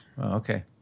Okay